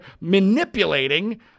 manipulating